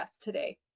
today